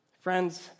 Friends